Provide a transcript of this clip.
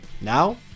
Now